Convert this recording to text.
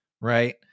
right